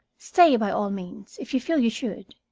stay, by all means, if you feel you should.